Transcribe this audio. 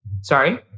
Sorry